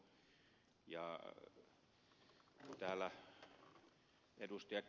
täällä ed